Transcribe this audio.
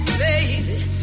baby